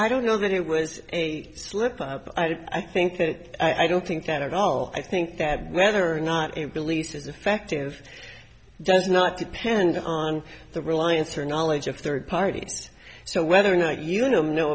i don't know that it was a slip up i think that i don't think that at all i think that whether or not a belief is effective does not depend on the reliance or knowledge of third parties so whether or not you know